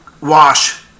wash